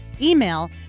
Email